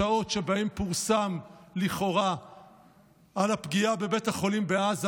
בשעות שבהן פורסם לכאורה על הפגיעה בבית החולים בעזה,